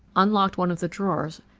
unlocked one of the drawers,